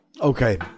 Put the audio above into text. Okay